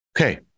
Okay